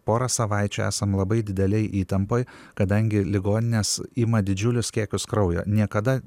porą savaičių esam labai didelėj įtampoj kadangi ligoninės ima didžiulius kiekius kraujo niekada